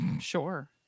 Sure